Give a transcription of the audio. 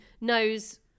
knows